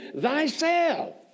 thyself